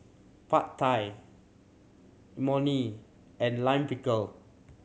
Pad Thai Imoni and Lime Pickle